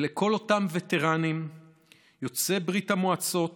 ולכל אותם וטרנים יוצאי ברית המועצות